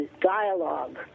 dialogue